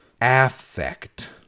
affect